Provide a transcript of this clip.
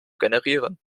generieren